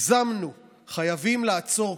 אחת הבעיות הראשונות שהציפו כששאלנו מה הבעיות,